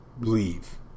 leave